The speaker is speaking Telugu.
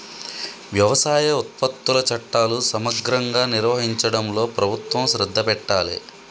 వ్యవసాయ ఉత్పత్తుల చట్టాలు సమగ్రంగా నిర్వహించడంలో ప్రభుత్వం శ్రద్ధ పెట్టాలె